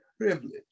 privilege